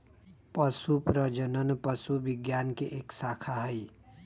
पशु प्रजनन पशु विज्ञान के एक शाखा हई